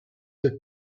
you